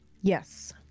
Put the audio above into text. Yes